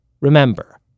Remember